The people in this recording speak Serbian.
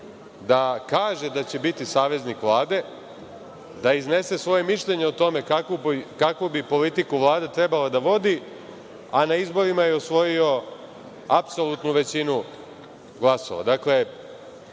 da kaže da će biti saveznik Vlade, da iznese svoje mišljenje o tome kakvu bi politiku Vlada trebala da vodi, a na izborima je osvojio apsolutnu većinu glasova.